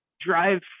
Drive